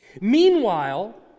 Meanwhile